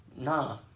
Nah